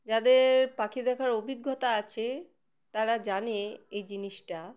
যাদের পাখি দেখার অভিজ্ঞতা আছে তারা জানে এই জিনিসটা